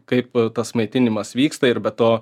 kaip tas maitinimas vyksta ir be to